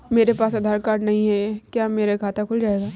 मेरे पास आधार कार्ड नहीं है क्या मेरा खाता खुल जाएगा?